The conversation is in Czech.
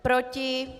Proti?